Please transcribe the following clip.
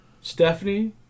Stephanie